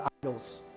idols